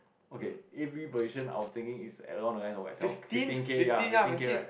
okay every position I was thinking is along the guide or what fifteen K ya fifteen K right